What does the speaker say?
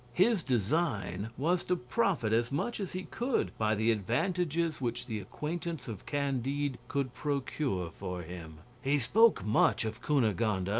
his design was to profit as much as he could by the advantages which the acquaintance of candide could procure for him. he spoke much of cunegonde,